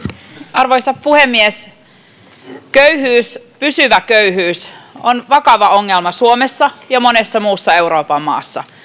arvoisa puhemies köyhyys pysyvä köyhyys on vakava ongelma suomessa ja monessa muussa euroopan maassa